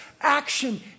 action